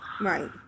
Right